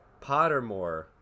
Pottermore